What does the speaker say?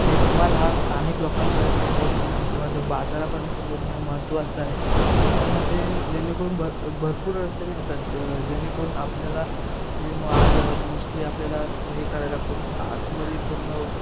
शेतमाल हा स्थानिक लोकांपर्यंत पोचणे किंवा ते बाजारापर्यंत पोचणं हे महत्वाचं आहे त्याच्यामध्ये जेणेकरून भर भरपूर अडचणी येतात ज जेणेकरून आपल्याला ते माल मोस्टली आपल्याला हे कराय लागतो आतमध्ये पूर्ण